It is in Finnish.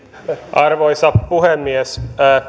arvoisa puhemies